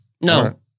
No